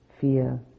fear